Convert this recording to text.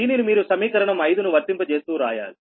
దీనిని మీరు సమీకరణం అయిదు ను వర్తింపజేస్తూ రాయాలి